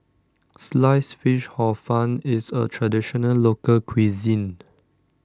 Sliced Fish Hor Fun is a Traditional Local Cuisine